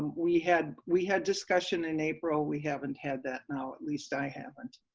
we had we had discussion in april. we haven't had that now, at least i haven't.